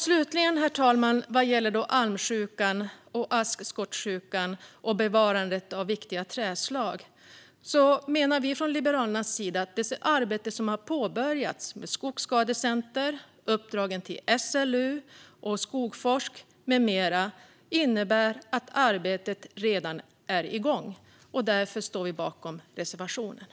Slutligen, herr talman, vad gäller almsjukan, askskottsjukan och bevarandet av viktiga trädslag, menar vi i Liberalerna att det arbete som har påbörjats med Skogsskadecentrum, uppdragen till SLU och Skogforsk med mera innebär att arbetet redan är igång. Därför står vi bakom reservationen.